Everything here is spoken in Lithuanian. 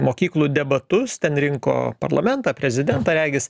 mokyklų debatus ten rinko parlamentą prezidentą regis